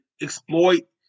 exploit